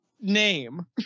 Name